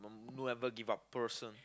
don't ever give up person